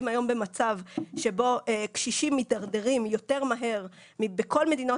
שבו קשישים מידרדרים יותר מהר מבכל מדינות